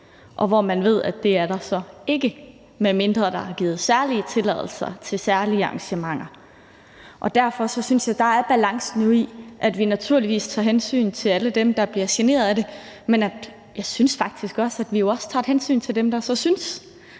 og hvor man ved, at det er der ikke, medmindre der er givet særlige tilladelser til særlige arrangementer. Derfor synes jeg, at balancen dér jo er, at vi naturligvis tager hensyn til alle dem, der bliver generet af det, men at vi også tager et hensyn til dem, der så synes,